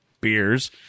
beers